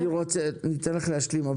אני אתן לך להשלים,